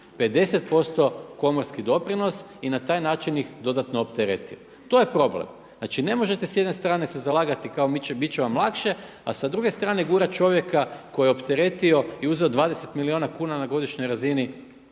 50% komorski doprinos i na taj način ih dodatno opteretio. To je problem. Znači ne možete sa jedne strane se zalagati, kao bit će vam lakše, a sa druge strane gurat čovjeka koji je opteretio i uzeo 20 milijuna kuna na godišnjoj razini